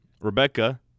Rebecca